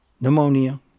pneumonia